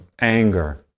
anger